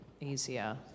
easier